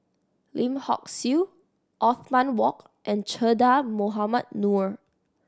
Lim Hock Siew Othman Wok and Che Dah Mohamed Noor